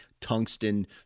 Tungsten